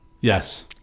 Yes